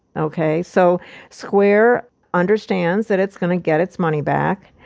okay? so square understands that it's gonna get its money back.